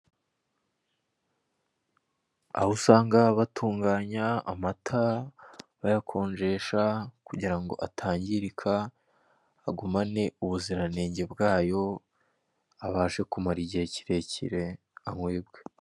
Aho usanga batunganya amata, bayakonjesha kugira ngo atangirika, agumane ubuziranenge bwayo, abashe kumara igihe kirekire, anywebwe.